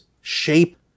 shape